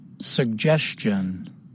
Suggestion